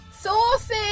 Saucy